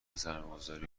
سرمایهگذاری